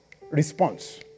response